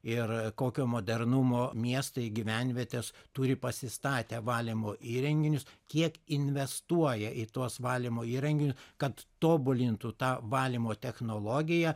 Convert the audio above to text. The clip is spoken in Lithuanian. ir kokio modernumo miestai gyvenvietės turi pasistatę valymo įrenginius kiek investuoja į tuos valymo įrenginiu kad tobulintų tą valymo technologiją